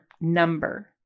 number